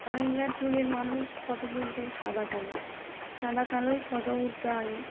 আগেকার যুগের মানুষ ফটো তুলত সাদা কালো সাদা কালোই ফটো উঠত আগে